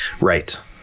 right